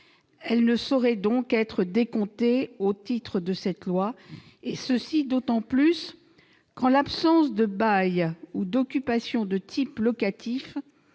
Elles ne sauraient donc être décomptées au titre de cette loi, et ce d'autant moins que, en l'absence de bail ou d'occupation de type locatif,